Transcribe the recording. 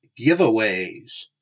giveaways